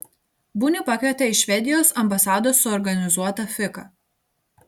bunį pakvietė į švedijos ambasados suorganizuotą fiką